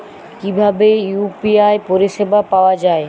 কিভাবে ইউ.পি.আই পরিসেবা পাওয়া য়ায়?